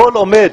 הכול עומד.